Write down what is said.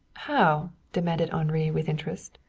how? demanded henri with interest.